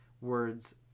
words